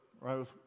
right